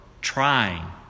trying